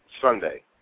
Sunday